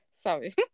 Sorry